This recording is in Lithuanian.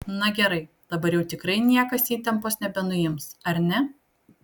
na gerai dabar jau tikrai niekas įtampos nebenuims ar ne